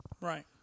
Right